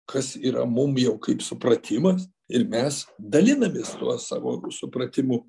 kas yra mum jau kaip supratimas ir mes dalinamės tuo savo supratimu